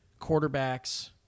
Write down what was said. quarterbacks